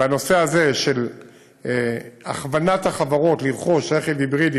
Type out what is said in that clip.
בנושא הזה של הכוונת החברות לרכוש רכב היברידי,